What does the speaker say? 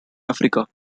africa